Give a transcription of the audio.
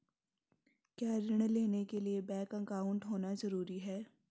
क्या ऋण लेने के लिए बैंक अकाउंट होना ज़रूरी है?